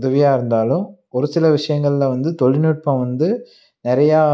உதவியாக இருந்தாலும் ஒரு சில விஷயங்கள்ல வந்து தொழில்நுட்பம் வந்து நிறையா